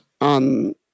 on